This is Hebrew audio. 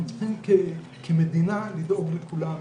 אנחנו צריכים כמדינה לדאוג לכולם,